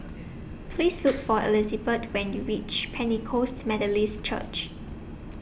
Please Look For Elizabet when YOU REACH Pentecost Methodist Church